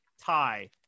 tie